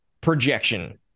projection